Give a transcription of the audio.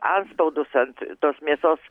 antspaudus ant tos mėsos